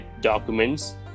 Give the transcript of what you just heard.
documents